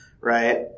Right